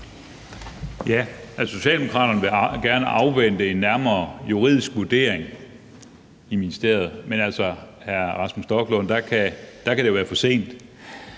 (DF): Socialdemokraterne vil gerne afvente en nærmere juridisk vurdering i ministeriet, men der kan det, hr. Rasmus Stoklund, være for sent.